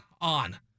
on